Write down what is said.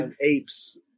apes